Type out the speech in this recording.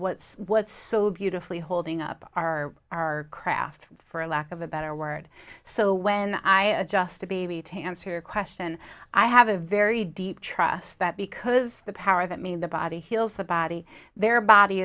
what's what's so beautifully holding up our our craft for lack of a better word so when i adjust the baby to answer your question i have a very deep trust that because the power that mean the body heals the body their body